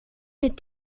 mit